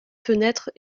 fenêtres